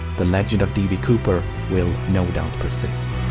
the legend of d. b. cooper will no doubt persist.